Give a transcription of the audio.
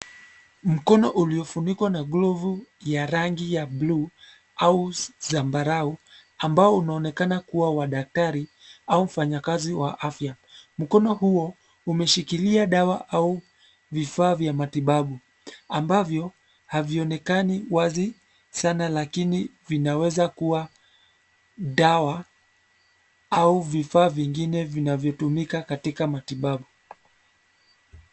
Mkono uliofunikwa na glovu, ya rangi ya bluu, au, zambarau, ambao unaonekana kuwa wa daktari, au mfanyakazi wa afya, mkono huo, umeshikilia dawa au, vifaa vya matibabu, ambavyo, havionekani wazi, sana lakini, vinaweza kuwa, dawa, au vifaa vingine vinavyotumika katika matibabu.